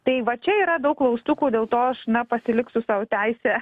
tai va čia yra daug klaustukų dėl to aš na pasiliksiu sau teisę